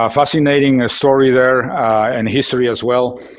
ah fascinating story there and history as well,